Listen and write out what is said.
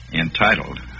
Entitled